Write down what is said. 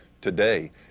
Today